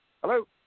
Hello